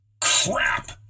Crap